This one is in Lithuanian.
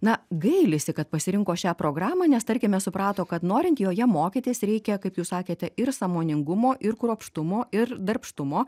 na gailisi kad pasirinko šią programą nes tarkime suprato kad norint joje mokytis reikia kaip jūs sakėte ir sąmoningumo ir kruopštumo ir darbštumo